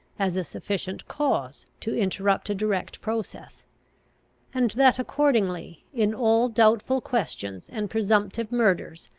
as a sufficient cause to interrupt a direct process and that, accordingly, in all doubtful questions and presumptive murders,